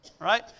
Right